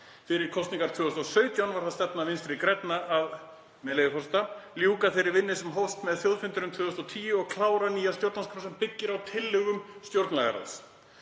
Fyrir kosningar 2017 var það stefna Vinstri grænna að, með leyfi forseta, „ljúka þeirri vinnu sem hófst með þjóðfundinum 2009 og klára nýja stjórnarskrá sem byggir á tillögum stjórnlagaráðs“.